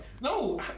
no